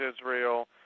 Israel